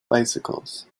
bicycles